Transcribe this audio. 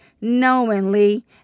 knowingly